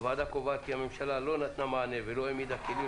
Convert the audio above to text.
הוועדה קובעת כי הממשלה לא נתנה מענה ולא העמידה כלים